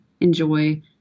enjoy